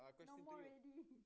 no more already